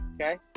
okay